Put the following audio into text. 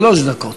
שלוש דקות.